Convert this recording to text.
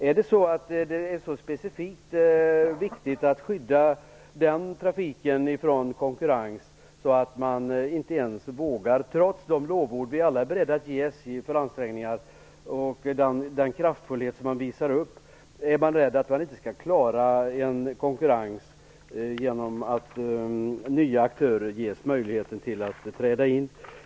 Är det så specifikt viktigt att skydda den trafiken från konkurrens att man, trots de lovord vi alla är beredda att ge SJ för de ansträngningar och den kraftfullhet som företaget visar upp, inte vågar ge nya aktörer möjlighet att träda in?